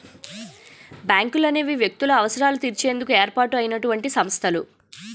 బ్యాంకులనేవి వ్యక్తుల అవసరాలు తీర్చేందుకు ఏర్పాటు అయినటువంటి సంస్థలు